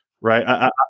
Right